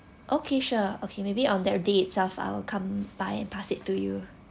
okay sure okay maybe on that day itself I will come by and pass it to you